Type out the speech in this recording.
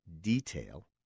detail